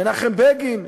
מנחם בגין,